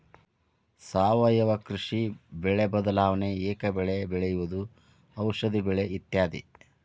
ಸಾವಯುವ ಕೃಷಿ, ಬೆಳೆ ಬದಲಾವಣೆ, ಏಕ ಬೆಳೆ ಬೆಳೆಯುವುದು, ಔಷದಿ ಬೆಳೆ ಇತ್ಯಾದಿ